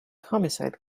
homicide